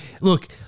look